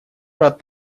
рад